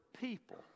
people